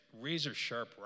razor-sharp